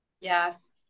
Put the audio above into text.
Yes